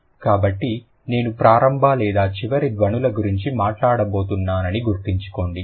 కాబట్టి నేను ప్రారంభ లేదా చివరి ధ్వనుల గురించి మాట్లాడబోతున్నానని గుర్తుంచుకోండి